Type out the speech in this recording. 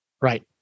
Right